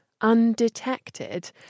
undetected